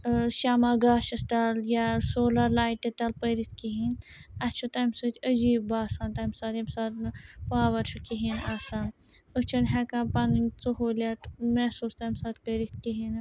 شمع گاشَس تَل یا سولَر لایٹہِ تَل پٔرِتھ کِہیٖنۍ اَسہِ چھُ تَمہِ سۭتۍ عجیٖب باسان تَمہِ ساتہٕ ییٚمہِ ساتہٕ نہٕ پاوَر چھُ کِہیٖنۍ آسان أسۍ چھِنہٕ ہٮ۪کان پَنٕنۍ سہوٗلیت محسوٗس تَمہِ ساتہٕ کٔرِتھ کِہیٖنۍ نہٕ